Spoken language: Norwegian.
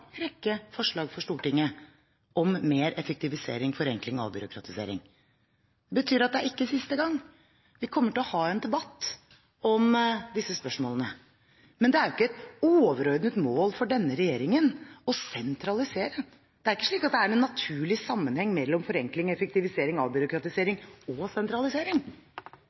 rekke forslag for Stortinget om mer effektivisering, forenkling og avbyråkratisering. Det betyr at det er ikke siste gang vi kommer til å ha en debatt om disse spørsmålene. Det er ikke et overordnet mål for denne regjeringen å sentralisere. Det er ikke slik at det er noen naturlig sammenheng mellom forenkling, effektivisering, avbyråkratisering og sentralisering.